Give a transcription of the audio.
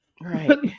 Right